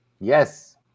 yes